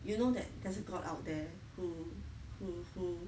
you know that that's god out there who who who